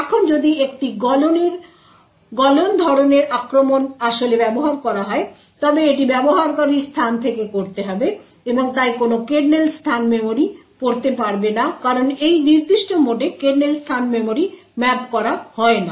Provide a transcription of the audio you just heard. এখন যদি একটি গলন ধরনের আক্রমণ আসলে ব্যবহার করা হয় তবে এটি ব্যবহারকারীর স্থান থেকে করতে হবে এবং তাই কোনো কার্নেল স্থান মেমরি পড়তে পারবে না কারণ এই নির্দিষ্ট মোডে কার্নেল স্থান মেমরি ম্যাপ করা হয় না